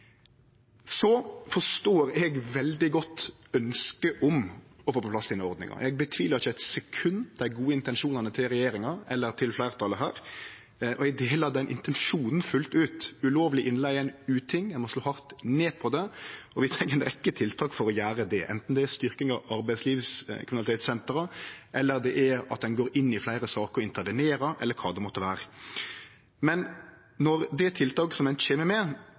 Så forstår eg veldig godt ønsket om å få på plass denne ordninga. Eg tviler ikkje eit sekund på dei gode intensjonane til regjeringa eller til fleirtalet her. Eg deler den intensjonen fullt ut. Ulovleg innleige er ein uting, ein må slå hardt ned på det, og vi treng ei rekkje tiltak for å gjere det, anten det er styrking av arbeidslivskriminalitetssenter eller at ein går inn i fleire saker og intervenerer – eller kva det måtte vere. Men når det tiltaket ein kjem med,